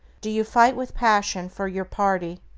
do you fight, with passion, for your party?